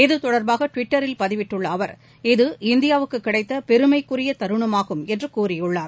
இது தொடர்பாக ட்விட்டரில் பதிவிட்டுள்ள அவர் இது இந்தியாவுக்கு கிடைத்த பெருமைக்குரிய தருணமாகும் என்று கூறியுள்ளார்